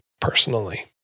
personally